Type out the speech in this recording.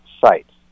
sites